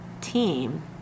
team